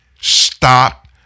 stop